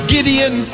Gideon